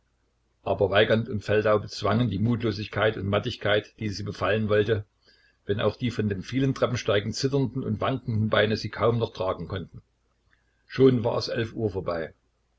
aber weigand und feldau bezwangen die mutlosigkeit und mattigkeit die sie befallen wollte wenn auch die von dem vielen treppensteigen zitternden und wankenden beine sie kaum noch tragen konnten schon war es uhr vorbei